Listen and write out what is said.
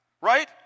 Right